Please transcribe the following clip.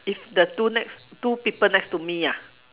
if the two next two people next to me ah